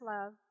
love